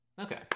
okay